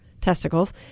testicles